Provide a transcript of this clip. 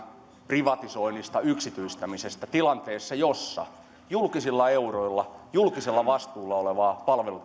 privatisoinnista yksityistämisestä tilanteessa jossa julkisilla euroilla ollaan julkisella vastuulla olevaa